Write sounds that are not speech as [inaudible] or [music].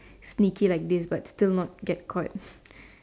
sneaky like this but still not get caught [breath]